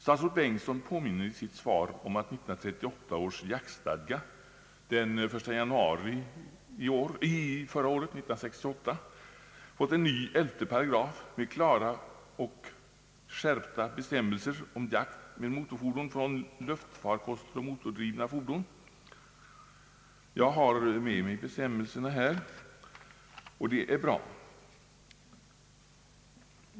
Statsrådet Bengtsson påminner i sitt svar om att 1938 års jaktstadga den 1 januari 1968 fått en ny 11 8 med klara och skärpta bestämmelser om jakt med motorfordon från luftfarkoster och motordrivna fordon. Jag har med mig bestämmelserna här, och jag anser att de är bra.